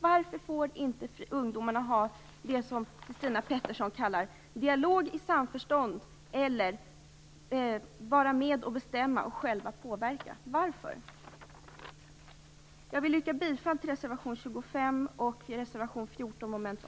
Varför får inte ungdomarna föra det som Christina Pettersson kallar en dialog i samförstånd eller vara med om att bestämma och själva påverka?